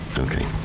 okay.